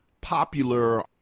popular